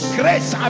grace